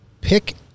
pick